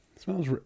Smells